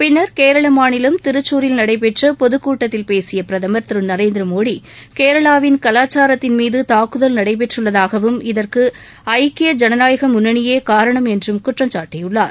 பின்னா் கேரள மாநிலம் திருச்சூரில் நடைபெற்ற பொதுக்கூட்டத்தில் பேசிய பிரதம் திரு நரேந்திர மோடி கேரளாவின் கலாச்சாரத்தின் மீது தாக்குதல் நடைபெற்றுள்ளதாகவும் இதற்கு ஐக்கிய ஜனநாயக முன்னணியே காரணம் என்றும் குற்றம்சாட்டியுள்ளார்